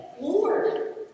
Lord